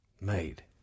Made